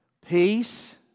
peace